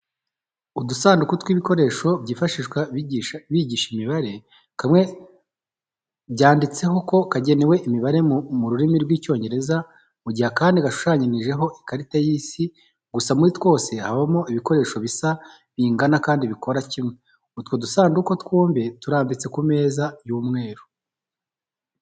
Udusanduka tw'ibikoresho byifashishwa bigisha imibare kamwe byanditseho ko kagenewe imibare mu rurimi rw'Icyongereza mu gihe akandi gashushanijeho ikarita y'isi gusa muri twose habamo ibikoresho bisa, bingana, kandi bikora kimwe. Utwo dusanduka twombi turambitse ku meza y'umweru.